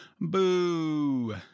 Boo